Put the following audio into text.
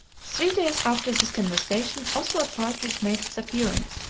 three days after this conversation, oswald partridge made his appearance,